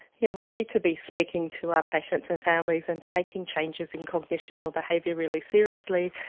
yeah we need to be speaking to our patients and families and taking changes in cognition or behaviour really seriously,